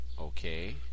Okay